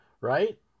Right